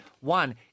one